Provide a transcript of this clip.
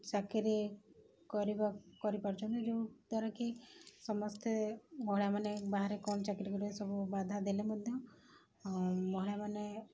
ଚାକିରି କରିବା କରିପାରୁଛନ୍ତି ଯେଉଁ ଦ୍ୱାରାକିି ସମସ୍ତେ ମହିଳାମାନେ ବାହାରେ କ'ଣ ଚାକିରି କରିବା ସବୁ ବାଧା ଦେଲେ ମଧ୍ୟ ମହିଳାମାନେ